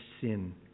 sin